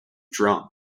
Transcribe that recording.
drunk